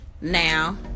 now